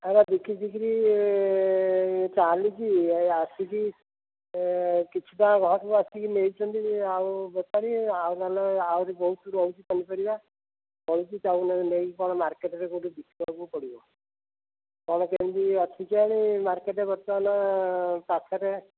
ଆଜ୍ଞା ବିକିରି ଟିକିରି ଏ ଚାଲିଛି ଏ ଆସିକି ଏ କିଛିଟା ଘରୁ ଆସିକି ନେଇଛନ୍ତି ଆଉ ବେପାରୀ ଆଉ ନହେଲେ ଆହୁରି ବହୁତ ରହୁଛି ପନିପରିବା ବଳୁଛି ତା'କୁ ନେଇ ନେଇକି କ'ଣ ମାର୍କେଟ୍ରେ କୋଉଠି ବିକିବାକୁ ପଡ଼ିବ କ'ଣ କେମିତି ଅଛି କେଜାଣି ମାର୍କେଟ୍ ବର୍ତ୍ତମାନ ପାଖରେ